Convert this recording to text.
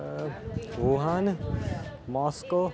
ਵਾਨ Moscow